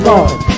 Lord